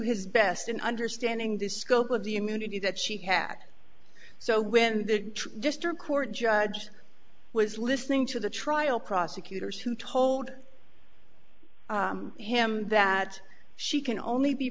his best in understanding the scope of the immunity that she had so when the district court judge was listening to the trial prosecutors who told him that she can only be